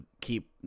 keep